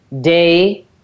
day